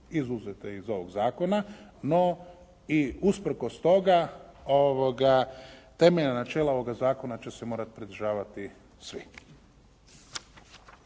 izuzete iz ovog zakona, no i usprkos toga temeljna načela ovoga zakona će se morati pridržavati svi.